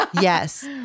Yes